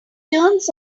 turns